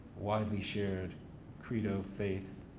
widely shared credo faith,